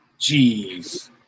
Jeez